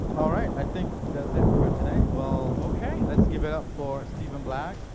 alright i think that's it for today. well okay. let's give it up for stephen black.